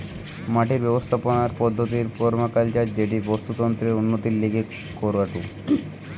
মাটির ব্যবস্থাপনার পদ্ধতির পার্মাকালচার যেটি বাস্তুতন্ত্রের উন্নতির লিগে করাঢু